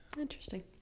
Interesting